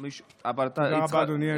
לא אמרתי לך, אמרתי לסגנית.